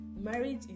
marriage